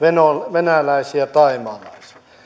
venäläisiä thaimaalaisia